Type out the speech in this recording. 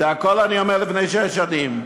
את הכול אני אומר לפני שש שנים,